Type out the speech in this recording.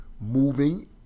moving